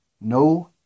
No